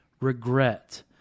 regret